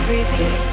Breathe